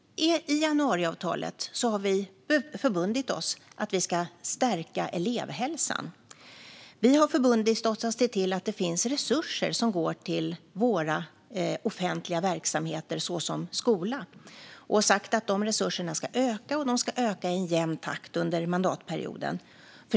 I januariavtalet har vi förbundit oss att stärka elevhälsan. Vi har förbundit oss att se till att det finns resurser som går till våra offentliga verksamheter, såsom skolan, och vi har sagt att de resurserna ska öka. De ska öka i jämn takt under mandatperioden.